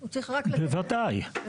לא.